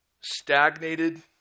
stagnated